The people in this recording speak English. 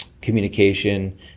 communication